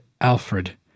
Alfred